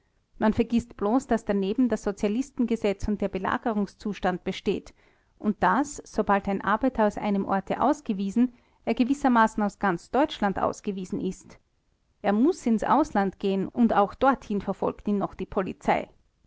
man vergißt bloß daß daneben das sozialistengesetz und der belagerungszustand besteht und daß sobald ein arbeiter aus einem orte ausgewiesen er gewissermaßen aus ganz deutschland ausgewiesen ist er muß ins ausland gehen und auch dorthin verfolgt ihn noch die polizei